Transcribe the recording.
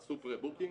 יעשו פרה-בוקינג.